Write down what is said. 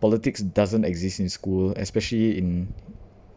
politics doesn't exist in school especially in